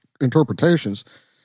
interpretations